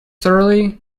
thoroughly